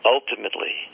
Ultimately